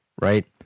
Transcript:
right